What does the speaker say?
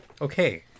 Okay